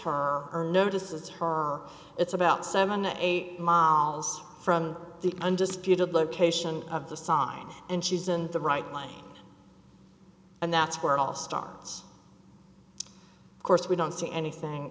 her or notices her it's about seventy eight miles from the undisputed location of the sign and she's in the right line and that's where it all starts of course we don't see anything